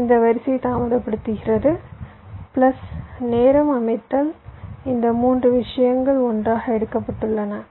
இந்த வரிசை தாமதப்படுத்துகிறது பிளஸ் நேரம் அமைத்தல் இந்த 3 விஷயங்களும் ஒன்றாக எடுக்கப்பட்டுள்ளன